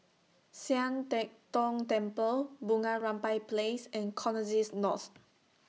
Sian Teck Tng Temple Bunga Rampai Place and Connexis North